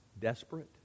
desperate